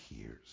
hears